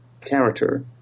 character